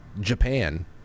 Japan